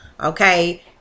okay